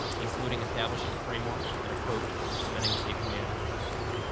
including establishing framework and approach for implementing safety management systems.